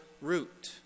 root